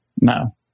No